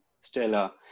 Stella